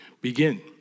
Begin